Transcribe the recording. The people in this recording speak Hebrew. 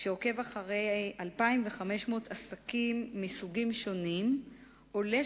שעוקב אחרי 2,500 עסקים מסוגים שונים עולה,